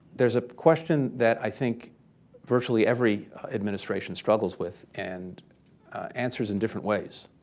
there's a question that i think virtually every administration struggles with and answers in different ways.